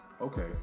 okay